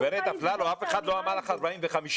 דוקטור אפללו, אף אחד לא אמר לך 45 תלמידים.